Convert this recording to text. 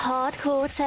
Hardcore